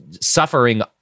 suffering